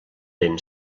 ben